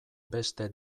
beste